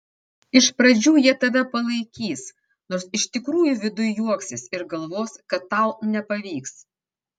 iš pradžių jie tave palaikys nors iš tikrųjų viduj juoksis ir galvos kad tau nepavyks